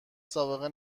سابقه